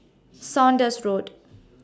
Saunders Road